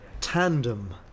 tandem